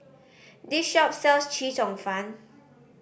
this shop sells Chee Cheong Fun